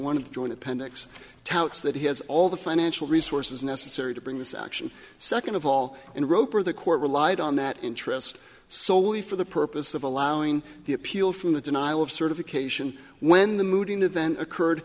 the joint appendix touts that he has all the financial resources necessary to bring this action second of all in roper the court relied on that interest so we for the purpose of allowing the appeal from the denial of certification when the mood in the event occurred